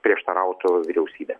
prieštarautų vyriausybė